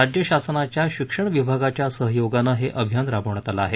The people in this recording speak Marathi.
राज्य शासनाच्या शिक्षण विभागाच्या सहयोगानं हे अभियान राबवण्यात आलं आहे